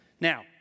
Now